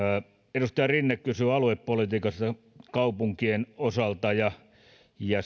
edustaja rinne kysyi aluepolitiikasta kaupunkien osalta ja ja